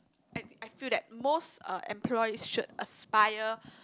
I I feel that most uh employees should aspire